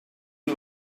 you